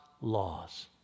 laws